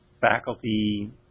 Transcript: faculty